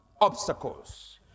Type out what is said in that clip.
obstacles